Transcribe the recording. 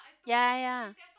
ya ya ya